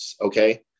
okay